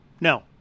No